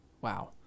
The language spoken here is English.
wow